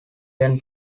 then